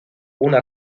una